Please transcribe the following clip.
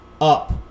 up